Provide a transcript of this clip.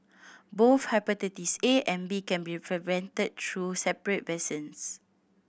both hepatitis A and B can be prevented through separate vaccines